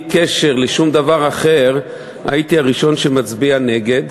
קשר לשום דבר אחר הייתי הראשון שמצביע נגד,